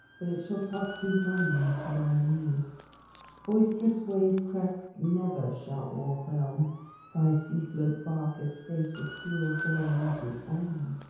but it shall toss thee homeward to thy leas boisterous wave-crest never shall o'erwhelm thy sea-float bark as safe as field-borne rooted elm.